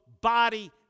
body